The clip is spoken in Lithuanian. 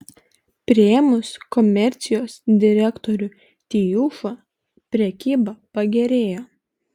priėmus komercijos direktorių tijušą prekyba pagerėjo